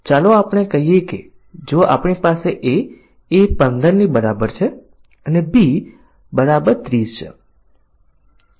જ્યારે ફોલ્ટ આધારિત પરીક્ષણ તરીકે આપણે અમુક ચોક્કસ પ્રકારના દોષોને શોધવા માટે પરીક્ષણના કેસોની રચના કરીએ છીએ ઉદાહરણ તરીકે ચલનો પ્રકાર ખોટો છે તે દોષ હોઈ શકે છે